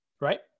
Right